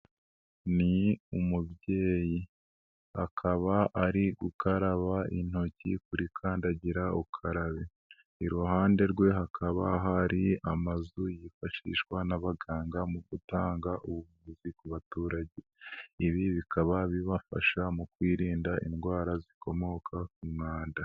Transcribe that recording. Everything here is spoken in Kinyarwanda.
Ni umubyeyi akaba ari gukaraba intoki kuri kandagira ukarabe, iruhande rwe hakaba hari amazu yifashishwa n'abaganga mu gutanga ubuvuzi ku baturage, ibi bikaba bibafasha mu kwirinda indwara zikomoka ku mwanda.